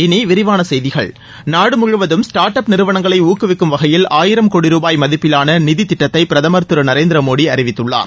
இனி விரிவான செய்திகள் நாடு முழுவதும் ஸ்டா்ட் அப் நிறுவனங்களை ஊக்குவிக்கும் வகையில் ஆயிரம் கோடி ரூபாய் மதிப்பிலான நிதி திட்டத்தை பிரதமர்திரு நரேந்திர மோடி அறிவித்துள்ளார்